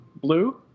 blue